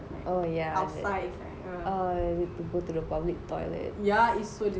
oh yeah or you need to go to the public toilet